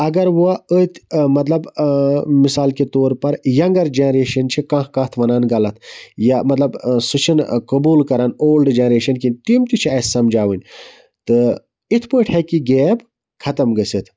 اگر وَ أتۍ مَطلَب مِثال کے طور پَر یَنٛگر جَنریشَن چھِ کانٛہہ کتھ وَنان غَلَط یا مَطلَب سُہ چھِ نہٕ قبوٗل کَران اولڈ جَنریشَن کینٛہہ تِم تہِ چھِ اَسہِ سَمجاوٕنۍ تہٕ اِتھ پٲٹھۍ ہیٚکہِ گیپ ختم گٔژھِتھ